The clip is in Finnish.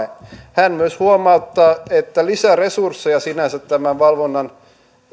hän myös huomauttaa että lisäresursseja sinänsä tämän valvonnan